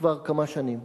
כבר כמה שנים.